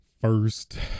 First